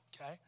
Okay